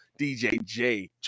DJJ